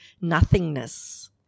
nothingness